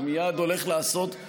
מייד הולך לעשות,